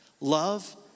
Love